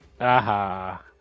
Aha